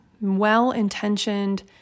well-intentioned